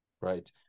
right